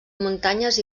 muntanyes